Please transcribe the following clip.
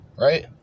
Right